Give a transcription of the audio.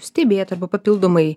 stebėt arba papildomai